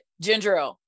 ginger